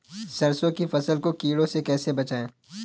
सरसों की फसल को कीड़ों से कैसे बचाएँ?